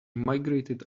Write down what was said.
migrated